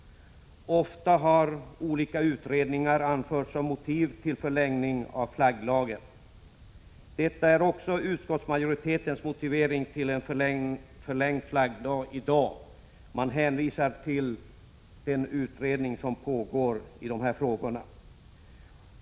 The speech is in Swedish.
Ofta har olika utredningar anförts som motiv. Detta är också utskottsmajoritetens motivering i dag till en förlängning av flagglagen. Man hänvisar till den utredning som pågår.